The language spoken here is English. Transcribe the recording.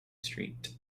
street